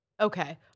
Okay